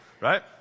right